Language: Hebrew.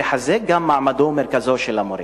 וגם לחזק את מעמדו ומרכזיותו של המורה.